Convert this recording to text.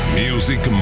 music